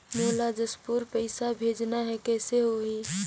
मोला जशपुर पइसा भेजना हैं, कइसे होही?